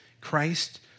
Christ